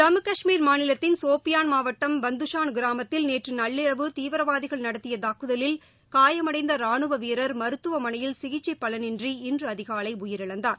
ஜம்மு கஷ்மீர் மாநிலத்தின் சோபியான் மாவட்டம் பந்துஷான் கிராமத்தில் நேற்று நள்ளிரவு தீவிரவாதிகள் நடத்திய தாக்குதலில் காயமடைந்த ரானுவ வீரர் மருத்துவமனையில் சிகிச்சை பலனின்றி இன்று அதிகாலை உயிரிழந்தார்